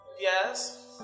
yes